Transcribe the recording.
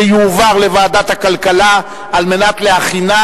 לדיון מוקדם בוועדת הכלכלה נתקבלה.